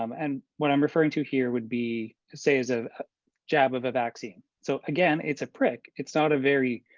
um and what i'm referring to here would be say as a job of a vaccine. so again, it's a prick, it's not a very,